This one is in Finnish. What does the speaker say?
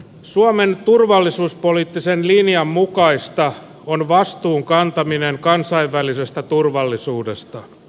suomen turvallisuuspoliittisen linjan mukaista on vastuun kantaminen kansainvälisestä turvallisuudesta